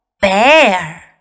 bear